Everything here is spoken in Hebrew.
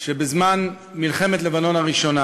שבזמן מלחמת לבנון הראשונה